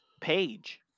Page